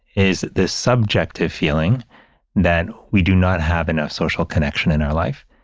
is this subjective feeling that we do not have enough social connection in our life.